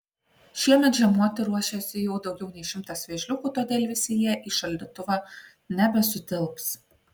šiemet žiemoti ruošiasi jau daugiau nei šimtas vėžliukų todėl visi jie į šaldytuvą nebesutilps